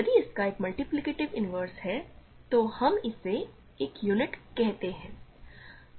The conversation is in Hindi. यदि इसका एक मल्टीप्लिकेटिव इन्वर्स है तो हम इसे एक यूनिट कहते हैं